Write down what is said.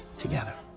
together